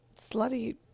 slutty